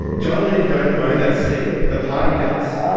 john and lynne don't own that seat, the party does.